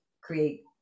create